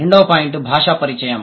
రెండవ పాయింట్ భాషా పరిచయం